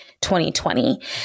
2020